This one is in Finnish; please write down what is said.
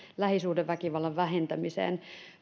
lähisuhdeväkivallan vähentämiseen